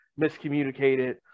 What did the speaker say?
miscommunicated